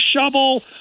shovel